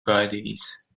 gaidījis